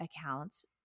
accounts